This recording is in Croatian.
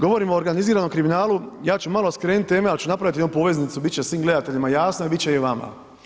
Govorimo o organiziranom kriminalu, ja ću malo skrenuti sa teme ali ću napraviti jednu poveznicu, biti će svim gledateljima jasno a biti će i vama.